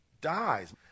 dies